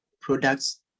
products